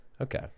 Okay